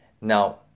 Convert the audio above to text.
Now